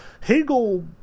Hegel